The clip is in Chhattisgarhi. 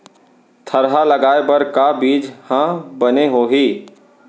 थरहा लगाए बर का बीज हा बने होही?